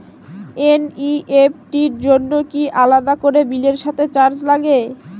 NEFT র জন্য কি আলাদা করে বিলের সাথে চার্জ লাগে?